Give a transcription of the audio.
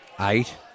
Eight